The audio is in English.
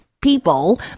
people